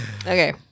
okay